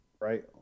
right